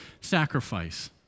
sacrifice